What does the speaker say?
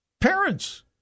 Parents